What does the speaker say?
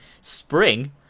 Spring